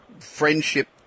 friendship